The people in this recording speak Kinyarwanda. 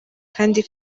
kandi